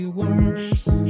worse